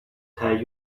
tell